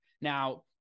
Now